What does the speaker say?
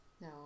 no